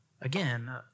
Again